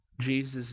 Jesus